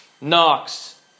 Knox